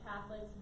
Catholics